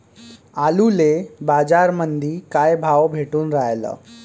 आलूले बाजारामंदी काय भाव भेटून रायला?